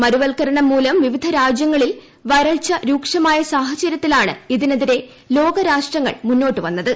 മരുവൽക്കരണം മൂലം വിവിധ രാജ്യങ്ങളിൽ വരൾച്ച രൂക്ഷമായ സാഹചര്യത്തിലാണ് ഇതിനെതിരെ ലോകരാഷ്ട്രങ്ങൾ മുന്നോട്ട് വന്നത്